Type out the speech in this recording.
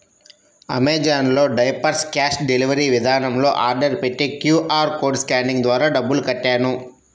Amazon లో diapers cash delivery విధానంలో order పెట్టి క్యూ.ఆర్ కోడ్ స్కానింగ్ ద్వారా డబ్బులు కట్టాను